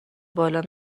بالا